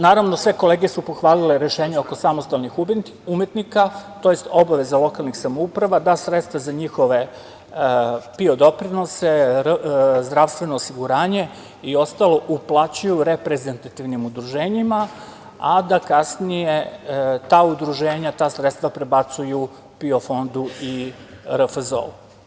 Naravno, sve kolege su pohvalile rešenje oko samostalnih umetnika tj. obaveza lokalnih samouprava da sredstva za njihove PIO doprinose, zdravstveno osiguranje i ostalo uplaćuju reprezentativnim udruženjima, a da kasnije ta udruženja ta sredstva prebacuju PIO fondu i RFZO.